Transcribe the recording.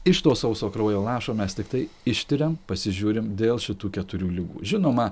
iš to sauso kraujo lašo mes tiktai ištiriam pasižiūrim dėl šitų keturių ligų žinoma